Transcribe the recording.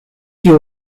you